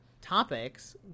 topics